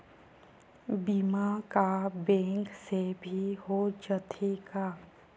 बीमा का बैंक से भी हो जाथे का?